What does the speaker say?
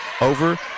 over